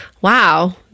Wow